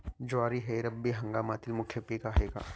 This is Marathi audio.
ज्वारी हे रब्बी हंगामातील मुख्य पीक आहे का?